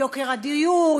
יוקר הדיור,